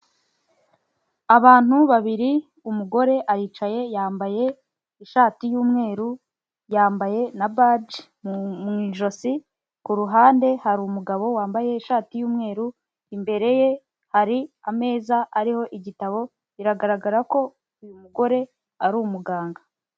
Abantu babiri umugore aricaye yambaye ishati y'umweru, yambaye na baje mu ijosi, ku ruhande harirumu umugabo wambaye ishati y'umweru, imbere ye hari ameza ariho igitabo biragaragara ko uyu mugore ari umuganga.